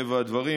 מטבע הדברים,